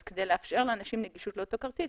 אז כדי לאפשר לאנשים נגישות לאותו כרטיס,